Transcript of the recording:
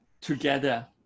together